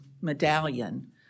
medallion